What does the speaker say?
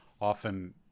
often